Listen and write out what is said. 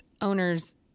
owners